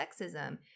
sexism